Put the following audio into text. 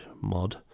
mod